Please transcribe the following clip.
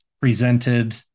presented